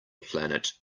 planet